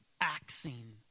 axing